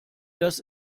das